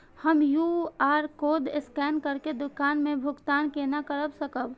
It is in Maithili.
हम क्यू.आर कोड स्कैन करके दुकान में भुगतान केना कर सकब?